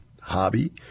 hobby